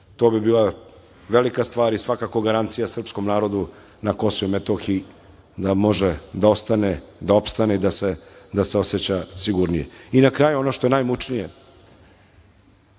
to bi bila velika stvar i svakako garancija srpskom narodu na KiM, da može da ostane, opstane i da se oseća sigurnije. Na kraju ono što je najmučnije,